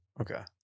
Okay